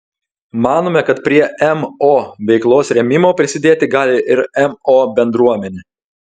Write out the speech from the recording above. manome kad prie mo veiklos rėmimo prisidėti gali ir mo bendruomenė